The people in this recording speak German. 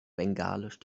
bengalisch